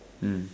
mm